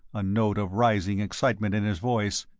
a note of rising excitement in his voice.